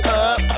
up